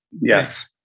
yes